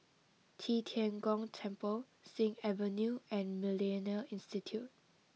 Qi Tian Gong Temple Sing Avenue and Millennia Institute